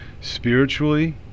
spiritually